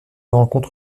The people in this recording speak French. rencontre